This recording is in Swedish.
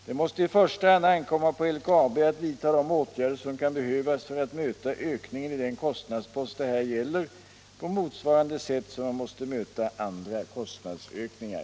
Det måste i första hand ankomma på LKAB att vidta de åtgärder som kan behövas för att möta ökningen i den kostnadspost det här gäller på motsvarande sätt som man måste möta andra kostnadsökningar.